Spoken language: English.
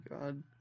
God